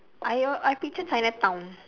I uh I picture chinatown